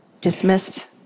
dismissed